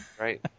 right